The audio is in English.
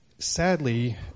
Sadly